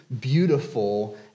beautiful